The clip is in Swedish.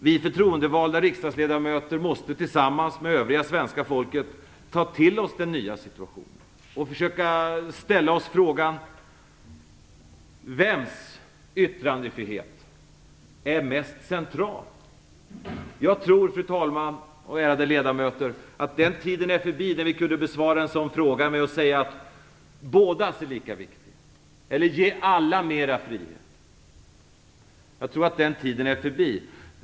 Vi förtroendevalda riksdagsledamöter måste tillsammans med övriga svenska folket ta till oss den nya situationen och försöka ställa oss frågan: Vems yttrandefrihet är mest central? Jag tror, fru talman och ärade ledamöter, att den tiden är förbi när vi kunde besvara en sådan fråga med att säga att bådas är lika viktiga eller att alla skulle få mer frihet. Jag tror att den tiden är förbi.